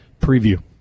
preview